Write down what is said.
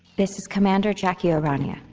this is commander jacki o'rania.